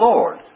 Lord